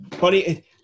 Buddy